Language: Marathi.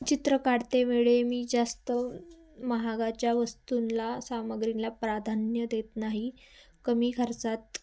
चित्र काढतेवेळी मी जास्त महागाच्या वस्तूंना सामग्रींला प्राधान्य देत नाही कमी खर्चात